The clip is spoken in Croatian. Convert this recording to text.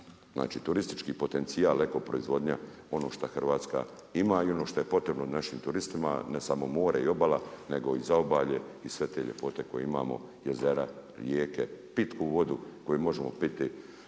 znači turistički potencijal eko proizvodnja ono što Hrvatska ima i ono što je potrebno našim turistima, a ne samo more i obala nego i zaobalje i sve te ljepote koje imamo jezera, rijeke, pitku vodu koju možemo piti